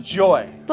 joy